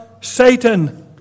Satan